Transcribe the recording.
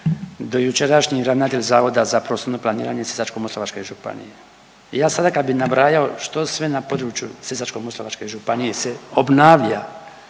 dojučerašnji ravnatelj Zavoda za prostorno planiranje Sisačko-moslavačke županije i ja sada kad bi nabrajao što sve na području Sisačko-moslavačke županije se obnavlja,